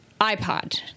iPod